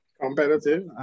competitive